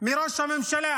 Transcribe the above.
מראש הממשלה,